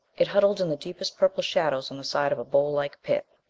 it huddled in the deepest purple shadows on the side of a bowl-like pit,